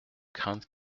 crainte